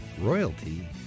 Royalty